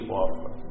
offer